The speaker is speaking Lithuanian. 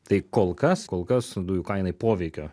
tai kol kas kol kas dujų kainai poveikio